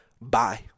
Bye